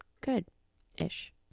good-ish